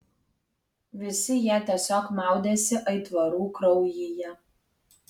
visi jie tiesiog maudėsi aitvarų kraujyje